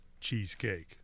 cheesecake